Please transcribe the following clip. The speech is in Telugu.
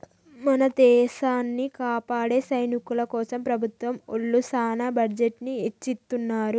మన దేసాన్ని కాపాడే సైనికుల కోసం ప్రభుత్వం ఒళ్ళు సాన బడ్జెట్ ని ఎచ్చిత్తున్నారు